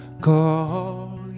call